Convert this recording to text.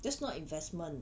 that's not investment